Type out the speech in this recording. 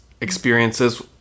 experiences